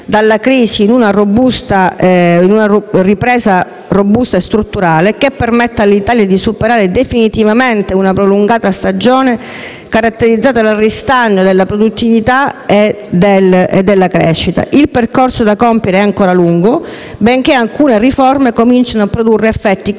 dalla crisi in una ripresa robusta e strutturale, che permetta all'Italia di superare definitivamente una prolungata stagione caratterizzata dal ristagno della produttività e della crescita. Il percorso da compiere è ancora lungo, benché alcune riforme comincino a produrre effetti concreti.